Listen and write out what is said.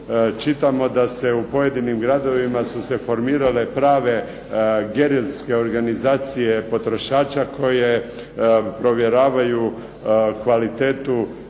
čitamo da se u pojedinim gradovima su se formirale prave gerilske organizacije potrošača koje provjeravaju kvalitetu